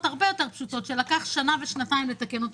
הרבה יותר פשוטות שלקח שנה ושנתיים לתקן.